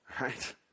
right